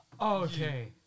Okay